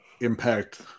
impact